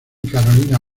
carolina